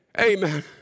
Amen